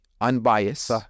unbiased